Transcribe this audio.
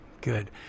good